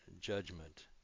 judgment